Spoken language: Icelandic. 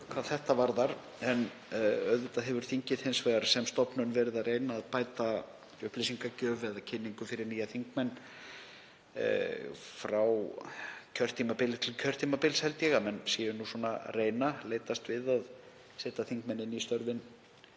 þetta varðar en auðvitað hefur þingið sem stofnun verið að reyna að bæta upplýsingagjöf fyrir nýja þingmenn. Frá kjörtímabili til kjörtímabils held ég að menn séu nú að reyna að leitast við að setja þingmenn inn í störfin,